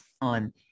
on